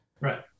Right